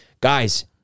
Guys